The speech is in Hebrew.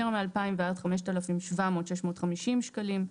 יותר מ-2,000 ועד 5,700 - 650 שקלים.